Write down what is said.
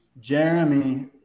Jeremy